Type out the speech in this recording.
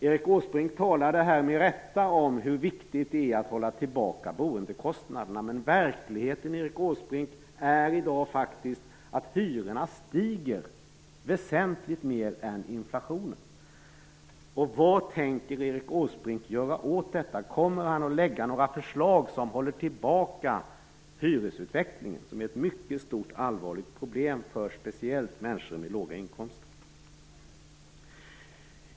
Erik Åsbrink talade här med rätta om hur viktigt det är att hålla tillbaka boendekostnaderna. Men verkligheten, Erik Åsbrink, är i dag faktiskt att hyrorna stiger väsentligt mer än inflationen. Vad tänker Erik Åsbrink göra åt detta? Kommer han att lägga fram några förslag som håller tillbaka hyresutvecklingen? Det här är ett mycket stort och allvarligt problem, speciellt för människor med låga inkomster.